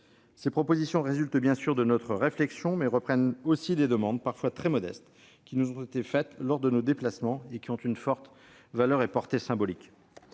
Ces propositions résultent bien sûr de notre réflexion. Mais elles reprennent aussi des demandes, parfois très modestes, qui nous ont été faites lors de nos déplacements et qui ont une forte valeur, une forte portée symboliques.